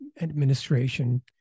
administration